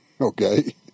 okay